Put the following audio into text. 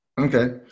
Okay